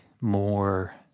more